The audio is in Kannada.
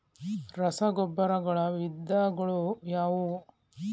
ರಸಗೊಬ್ಬರಗಳ ವಿಧಗಳು ಯಾವುವು?